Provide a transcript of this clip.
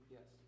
Yes